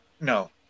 No